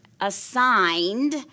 assigned